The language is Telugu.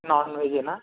నాన్ వెజ్ ఏనా